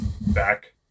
back